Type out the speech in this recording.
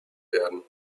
werden